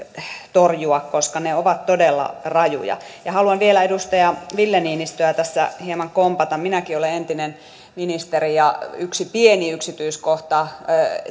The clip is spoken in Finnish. torjua koska ne ovat todella rajuja ja haluan vielä edustaja ville niinistöä tässä hieman kompata minäkin olen entinen ministeri ja yksi pieni yksityiskohta